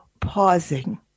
pausing